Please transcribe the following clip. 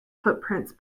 footprints